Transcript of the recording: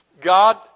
God